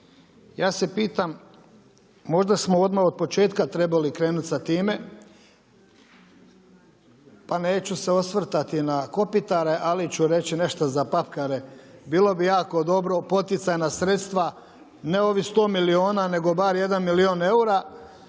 Ja se pitam možda smo odmah od početka trebali krenuti sa time, pa neću se osvrtati na kopitare ali ću reći nešta za papkare, bilo bi jako dobro poticajna sredstva ne ovih 100 milijuna nego bar jedan milijun eura